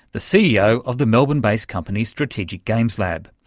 the ceo of the melbourne-based company strategic games lab.